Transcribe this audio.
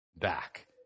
back